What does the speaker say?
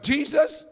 Jesus